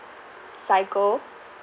cycle